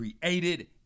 created